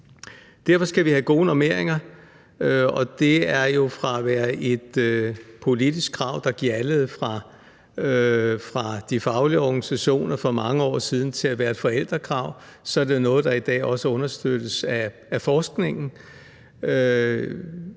Derfor skal vi have gode normeringer, og det er jo fra at være et politisk krav, der gjaldede fra de faglige organisationer for mange år siden, til at være et forældrekrav blevet noget, der i dag også understøttes af forskningen.